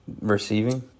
receiving